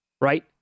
right